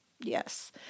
Yes